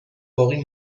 باقی